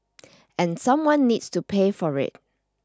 and someone needs to pay for it